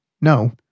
no